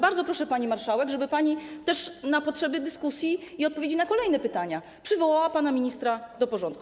Bardzo proszę, pani marszałek, żeby pani - też ze względu na potrzeby dyskusji i odpowiedzi na kolejne pytania - przywołała pana ministra do porządku.